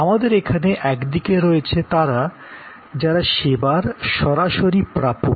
আমাদের এখানে একদিকে রয়েছে তারা যারা সেবার সরাসরি প্রাপক